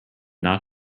not